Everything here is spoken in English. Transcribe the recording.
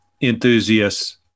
enthusiasts